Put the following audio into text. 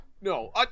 No